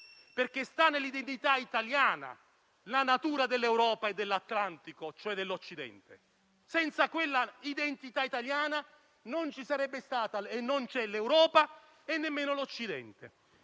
perché sta nell'identità italiana la natura dell'Europa e dell'Atlantico, cioè dell'Occidente. Senza quella identità italiana, non ci sarebbe stata - e non c'è - l'Europa e nemmeno l'Occidente.